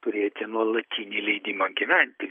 turėti nuolatinį leidimą gyventi